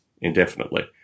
indefinitely